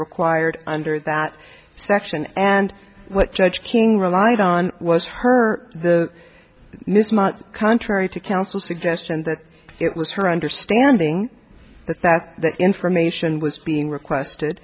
required under that section and what judge king relied on was her the mismatch contrary to counsel suggestion that it was her understanding that that information was being requested